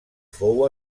fou